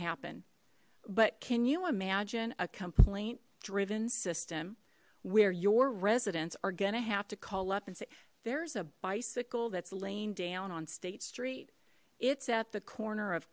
happen but can you imagine a complaint driven system where your residents are gonna have to call up and say there's a bicycle that's laying down on state street it's at the corner of